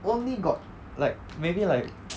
only got like maybe like